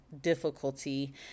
difficulty